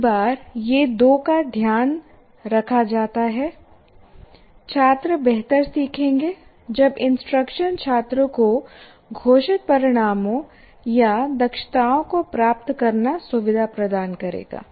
एक बार ये दो का ध्यान रखा जाता है छात्र बेहतर सीखेंगे जब इंस्ट्रक्शन छात्र को घोषित परिणामों या दक्षताओं को प्राप्त करना सुविधा प्रदान करेगा